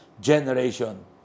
generation